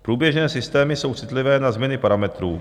Průběžné systémy jsou citlivé na změny parametrů.